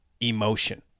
emotion